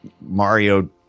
Mario